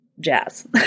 jazz